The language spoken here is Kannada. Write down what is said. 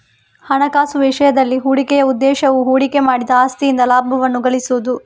ಹಣಕಾಸು ವಿಷಯದಲ್ಲಿ, ಹೂಡಿಕೆಯ ಉದ್ದೇಶವು ಹೂಡಿಕೆ ಮಾಡಿದ ಆಸ್ತಿಯಿಂದ ಲಾಭವನ್ನು ಗಳಿಸುವುದು